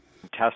Test